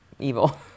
evil